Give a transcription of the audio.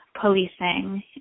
policing